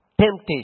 temptation